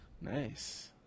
Nice